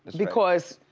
because?